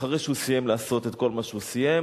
אחרי שהוא סיים לעשות את כל מה שהוא סיים,